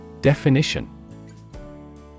Definition